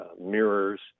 mirrors